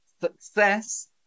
success